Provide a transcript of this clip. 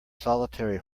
solitary